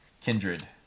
Kindred